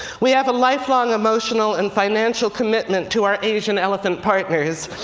we have a lifelong emotional and financial commitment to our asian elephant partners.